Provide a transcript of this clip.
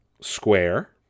Square